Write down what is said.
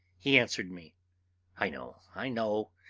he answered me i know i know.